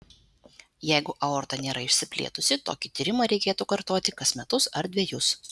jeigu aorta nėra išsiplėtusi tokį tyrimą reikėtų kartoti kas metus ar dvejus